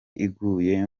iguye